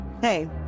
Hey